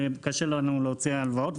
כי קשה לנו להוציא הלוואות.